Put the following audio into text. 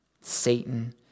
Satan